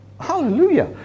Hallelujah